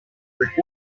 brick